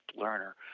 learner